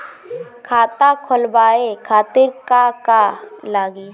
खाता खोलवाए खातिर का का लागी?